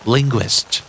Linguist